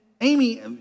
Amy